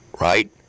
right